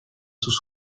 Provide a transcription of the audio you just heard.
sus